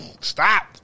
Stop